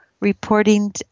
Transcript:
reporting